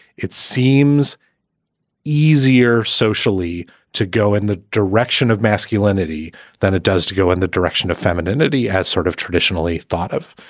it seems easier socially to go in the direction of masculinity than it does to go in the direction of femininity has sort of traditionally thought of.